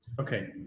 Okay